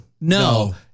No